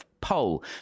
poll